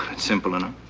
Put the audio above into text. simple enough.